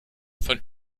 von